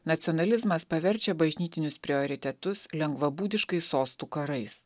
nacionalizmas paverčia bažnytinius prioritetus lengvabūdiškais sostų karais